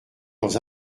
dans